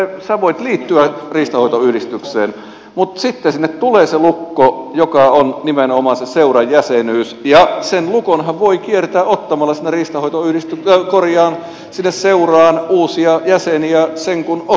sinä voit liittyä riistanhoitoyhdistykseen mutta sitten sinne tulee se lukko joka on nimenomaan se seuran jäsenyys ja sen lukonhan voi kiertää ottamalla sinne seuraan uusia jäseniä sen kun ottaa vain